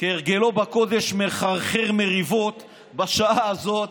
כהרגלו בקודש מחרחר מריבות בשעה הזאת,